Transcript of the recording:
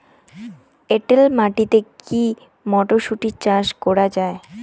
এটেল মাটিতে কী মটরশুটি চাষ করা য়ায়?